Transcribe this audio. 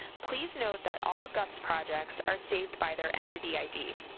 please note that all gups projects are saved by their entity id.